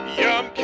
yum